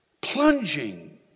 plunging